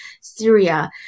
Syria